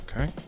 Okay